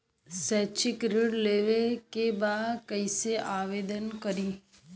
शैक्षिक ऋण लेवे के बा कईसे आवेदन करी?